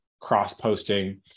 cross-posting